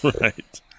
Right